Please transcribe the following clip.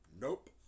nope